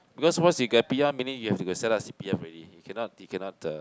because once you get P_R meaning you have to go set up P_R already you cannot you cannot uh